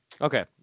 Okay